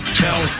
tell